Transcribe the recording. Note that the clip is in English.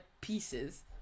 pieces